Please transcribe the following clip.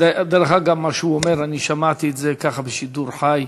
דרך אגב, את מה שהוא אומר שמעתי בשידור חי